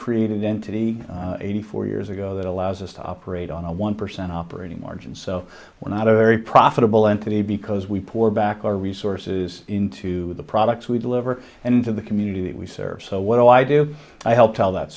created entity eighty four years ago that allows us to operate on a one percent operating margin so when other very profitable entity because we pour back our resources into the products we deliver and to the community we serve so what do i do i help tell that